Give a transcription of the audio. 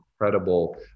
incredible